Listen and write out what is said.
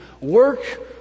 Work